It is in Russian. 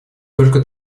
только